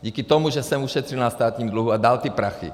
Díky tomu, že jsem ušetřil na státním dluhu a dal ty prachy.